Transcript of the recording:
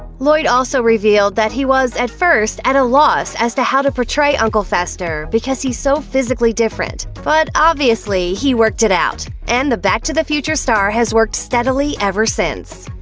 lloyd also revealed that he was at first at a loss as to how to portray uncle fester, because he's so physically different, but obviously he worked it out. and the back to the future star has worked steadily ever since.